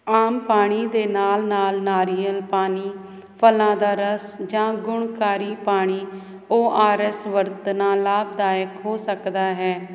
ਆਮ ਪਾਣੀ ਦੇ ਨਾਲ ਨਾਲ ਨਾਰੀਅਲ ਪਾਣੀ ਫਲਾਂ ਦਾ ਰਸ ਜਾਂ ਗੁਣਕਾਰੀ ਪਾਣੀ ਉਹ ਆਰਸ ਵਰਤਣਾ ਲਾਭਦਾਇਕ ਹੋ ਸਕਦਾ ਹੈ ਜੋ ਵਿਅਕਤੀ ਖੇਡਾਂ ਜਾਂ